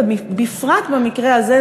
ובפרט במקרה הזה,